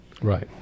Right